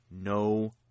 no